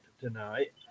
tonight